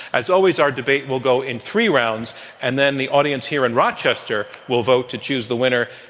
as always our debate will go in three rounds and then the audience here in rochester will vote to choose the winner.